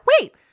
wait